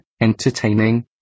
entertaining